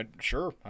sure